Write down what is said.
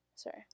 sorry